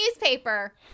newspaper